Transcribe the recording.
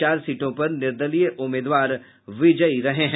चार सीटों पर निर्दलीय उम्मीदवार विजयी रहे हैं